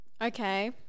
Okay